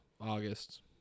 August